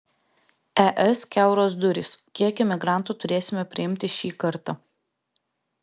es kiauros durys kiek imigrantų turėsime priimti šį kartą